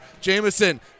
Jamison